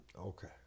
Okay